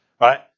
right